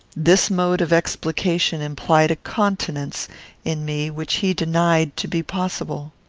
this mode of explication implied a continence in me which he denied to be possible.